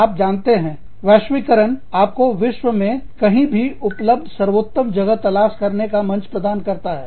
आप जानते हैं वैश्वीकरण आपको विश्व में कहीं भी उपलब्ध सर्वोत्तम जगह तलाश करने का मंच प्रदान करता है